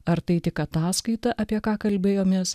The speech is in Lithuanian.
ar tai tik ataskaita apie ką kalbėjomės